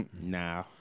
nah